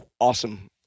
Awesome